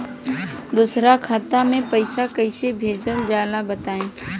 दोसरा खाता में पईसा कइसे भेजल जाला बताई?